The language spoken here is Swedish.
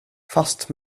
fast